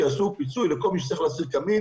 שיעשו פיצוי לכל מי שצריך להסיר קמין